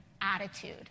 attitude